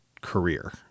career